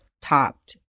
topped